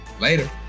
later